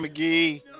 McGee